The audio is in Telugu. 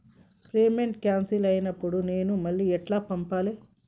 పేమెంట్ క్యాన్సిల్ అయినపుడు నేను మళ్ళా ఎట్ల పంపాలే?